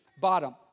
bottom